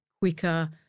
quicker